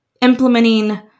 implementing